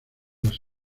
las